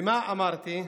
ומה אמרתי?